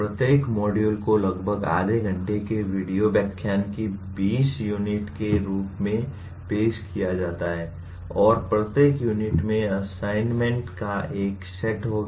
प्रत्येक मॉड्यूल को लगभग आधे घंटे के वीडियो व्याख्यान की 20 यूनिट के रूप में पेश किया जाता है और प्रत्येक यूनिट में असाइनमेंट का एक सेट होगा